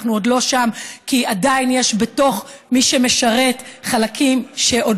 אנחנו עוד לא שם כי עדיין יש בתוך מי שמשרת חלקים שעוד